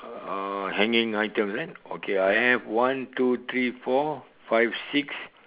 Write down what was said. uh hanging items eh okay I have one two three four five six